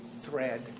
thread